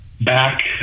Back